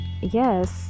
yes